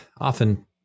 often